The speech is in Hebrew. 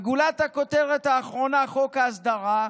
וגולת הכותרת האחרונה, חוק ההסדרה,